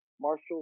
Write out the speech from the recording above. Marshall